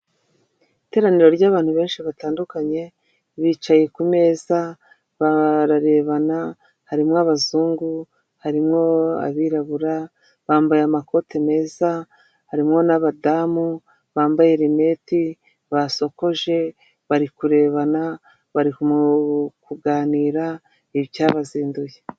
Iteraniro ry'abantu benshi batandukanye, bicaye ku meza, bararebana, harimo abazungu, harimo abirabura, bambaye amakoti meza, harimo n'abadamu bambaye rineti, basokoje, bari kurebana, bari mu kuganira icyabazinduye.